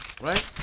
right